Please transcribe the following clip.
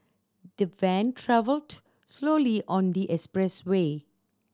the van travelled slowly on the expressway